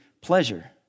pleasure